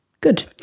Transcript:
Good